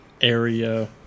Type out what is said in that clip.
area